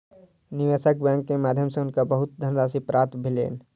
निवेशक बैंक के माध्यम सॅ हुनका बहुत धनराशि प्राप्त भेलैन